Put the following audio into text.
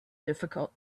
difficult